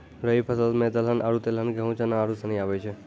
रवि फसल मे दलहन आरु तेलहन गेहूँ, चना आरू सनी आबै छै